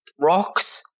rocks